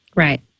Right